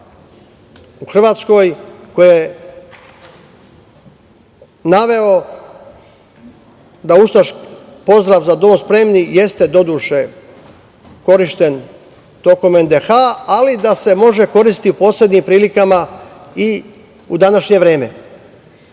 u Hrvatskoj, koji je naveo da ustaški pozdrav "za dom spremni" jeste doduše korišćen tokom NDH, ali da se može koristiti u posebnim prilikama i u današnje vreme. Šta